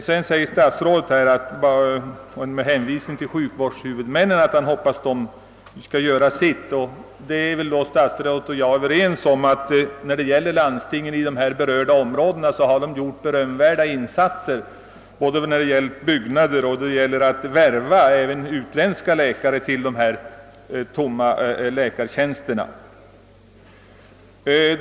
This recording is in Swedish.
Vidare säger statsrådet med hänvisning till sjukvårdshuvudmännen att han hoppas att de skall göra sitt. Statsrådet och jag själv är överens om att landstingen på dessa områden har gjort berömvärda insatser både i fråga om byggnader och när det gällt att värva även utländska läkare till tomma läkartjänster.